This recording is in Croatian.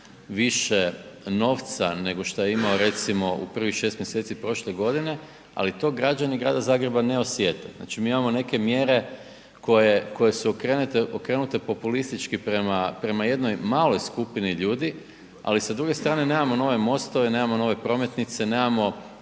više novaca nego šta je imao recimo u prvih šest mjeseci prošle godine, ali to građani grada Zagreba ne osjete. Znači mi imamo neke mjere koje su okrenute populistički prema jednoj maloj skupini ljudi, a s druge strane nemamo nove mostove, nemamo nove prometnice, nemamo